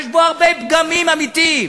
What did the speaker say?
יש בו הרבה פגמים אמיתיים.